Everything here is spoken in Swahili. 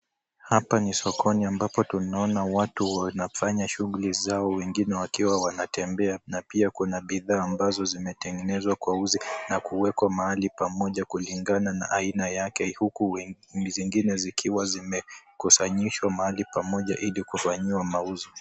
Hapa ni sokoni ambapo tunaona watu wanafanya shughuli zao wengine wakiwa wanatembea na pia kuna bidhaa ambazo zimetengenezwa kwa uzi na kuwekwa mahali pamoja kulingana na aina yake huku zingine zikiwa zimekusanyishwa mahali pamoja ili kufanyiwa mauzo.